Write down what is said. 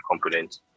component